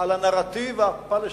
על הנרטיב הפלסטיני,